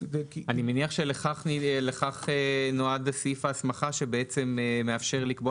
אני מניח שלכך נועד סעיף ההסמכה שבעצם מאפשר לקבוע